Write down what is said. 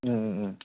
ꯎꯝ ꯎꯝ ꯎꯝ